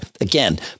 Again